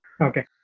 Okay